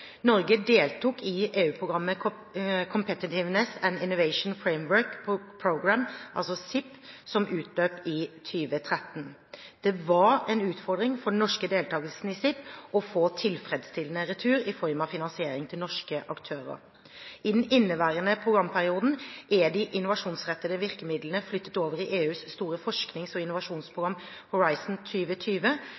Norge deltok i EU-programmet Competitiveness and Innovation Framework Programme, alså CIP, som utløp i 2013. Det var en utfordring for den norske deltagelsen i CIP å få tilfredsstillende retur i form av finansiering til norske aktører. I den inneværende programperioden er de innovasjonsrettede virkemidlene flyttet over i EUs store forsknings- og